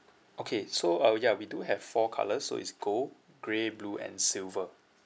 okay so uh ya we do have four colours so it's gold grey blue and silver